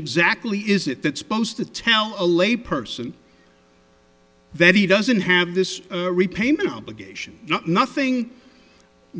exactly is it that supposed to tell a lay person that he doesn't have this repayment obligation not nothing